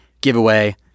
giveaway